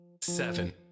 seven